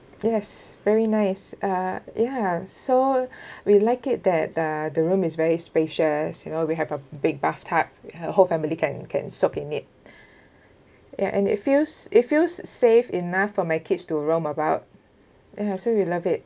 yes very nice uh ya so we like it that uh the room is very spacious you know we have a big bathtub uh whole family can can soak in it ya and it feels it feels safe enough for my kids to roam about ya so we loved it